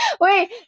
wait